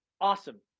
awesome